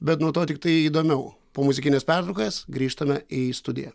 bet nuo to tiktai įdomiau po muzikinės pertraukos grįžtame į studiją